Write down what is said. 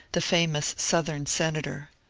the famous southern senator.